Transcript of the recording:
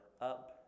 up